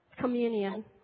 communion